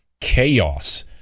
chaos